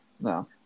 No